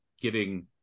giving